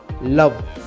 Love